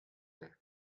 the